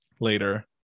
later